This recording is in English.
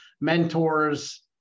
mentors